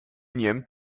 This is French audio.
unième